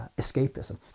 escapism